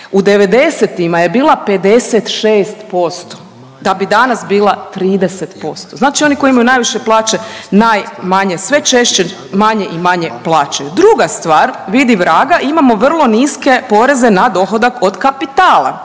u 90-ima je bila 56%, da bi danas bila 30%. Znači oni koji imaju najviše plaće, najmanje, sve češće manje i manje plaćaju. Druga stvar, vidi vraga, imamo vrlo niske poreze na dohodak od kapitala.